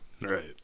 Right